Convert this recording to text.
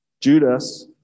Judas